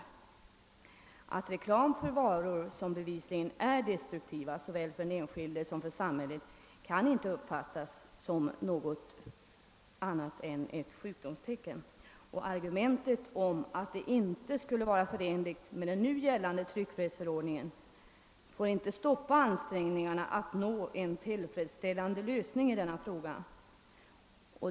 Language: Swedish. Reklam för varor som bevisligen är destruktiva såväl för den enskilde som för samhället kan inte uppfattas som annat än ett sjukdomstecken. Argumentet att ett reklamförbud inte skulle vara förenligt med gällande tryckfrihetsförordning får inte stoppa ansträngningarna att nå en tillfredsställande lösning av denna fråga.